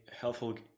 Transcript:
helpful